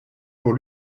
pour